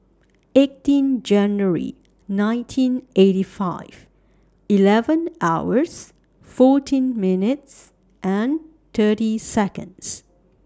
eighteen January nineteen eighty five eleven hours fourteen minutes and thirty Seconds